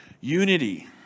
Unity